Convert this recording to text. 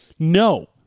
No